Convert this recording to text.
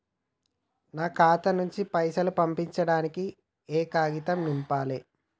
నా ఖాతా నుంచి పైసలు పంపించడానికి ఏ కాగితం నింపాలే?